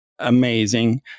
amazing